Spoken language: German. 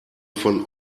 von